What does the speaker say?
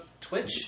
Twitch